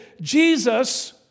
Jesus